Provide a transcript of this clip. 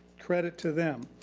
credit to them.